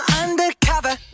undercover